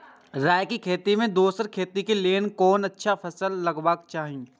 राय के खेती मे दोसर खेती के लेल कोन अच्छा फसल लगवाक चाहिँ?